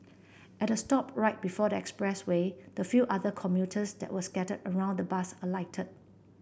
at the stop right before the expressway the few other commuters that was scatter around the bus alighted